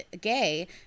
gay